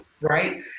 Right